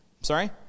Sorry